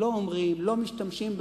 לא אומרים, לא משתמשים בהם,